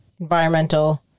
Environmental